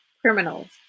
criminals